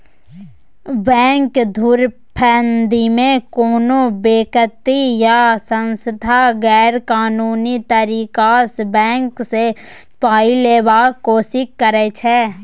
bank धुरफंदीमे कोनो बेकती या सँस्था गैरकानूनी तरीकासँ बैंक सँ पाइ लेबाक कोशिश करै छै